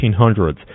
1800s